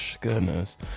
goodness